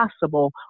possible